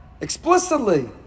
explicitly